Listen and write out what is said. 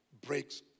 breaks